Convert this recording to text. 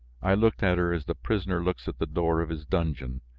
i looked at her as the prisoner looks at the door of his dungeon.